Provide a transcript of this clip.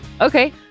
okay